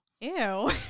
Ew